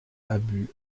abu